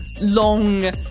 long